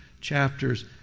chapters